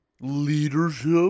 leadership